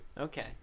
Okay